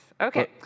Okay